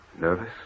Nervous